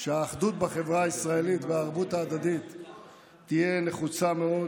שבה האחדות בחברה הישראלית והערבות ההדדית יהיו נחוצות מאוד.